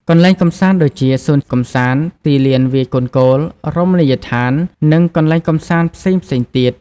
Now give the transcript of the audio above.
កន្លែងកម្សាន្ត ដូចជា សួនកម្សាន្ត ទីលានវាយកូនគោល រមណីយដ្ឋាន និងកន្លែងកម្សាន្តផ្សេងៗទៀត។